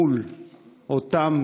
מול אותן